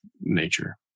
nature